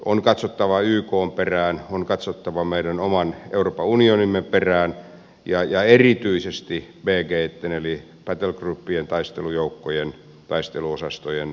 on katsottava ykn perään on katsottava meidän oman euroopan unionimme perään ja erityisesti bgitten eli battlegroupien taistelujoukkojen taisteluosastojen suuntaan